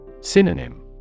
Synonym